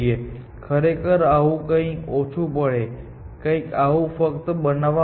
તે ખરેખર આવું કંઈક ઓછું પડે છે કંઈક આવું ફક્ત બતાવવા માટે